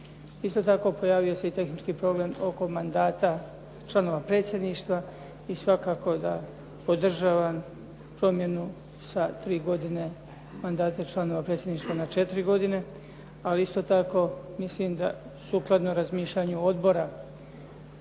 Isto tako pojavio se i tehnički problem oko mandata članova predsjedništva i svakako da podržavam promjenu sa tri godine mandata članova predsjedništva na 4 godine, ali isto tako mislim da sukladno razmišljanju odbora